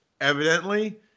evidently